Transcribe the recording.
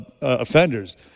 offenders